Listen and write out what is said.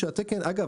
ואגב,